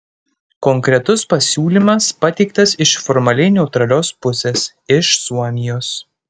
konkretus pasiūlymas pateiktas iš formaliai neutralios pusės iš suomijos